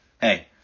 hey